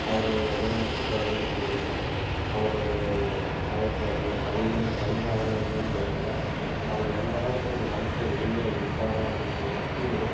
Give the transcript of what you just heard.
அவரு எழுதின புத்தகங்களும் சரிங்க அவர் ஒரு அவர்னுடைய பணிகள் பணி காலங்கள்லையும் சரிங்க அவர் எந்த அளவுக்கு ஒரு மனுஷன் எளிமையாக இருப்பாங்க அப்படின்னு சொல்லுறதுக்கு